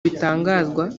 bitangazwa